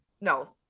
no